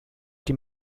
die